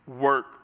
work